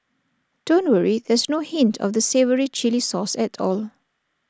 don't worry there's no hint of the savoury Chilli sauce at all